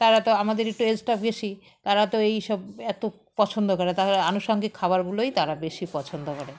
তারা তো আমাদের একটু এজটা বেশি তারা তো এই সব এত পছন্দ করে তারা আনুষাঙ্গিক খাবারগুলোই তারা বেশি পছন্দ করে